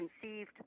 conceived